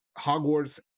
Hogwarts